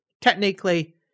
technically